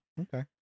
Okay